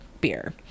beer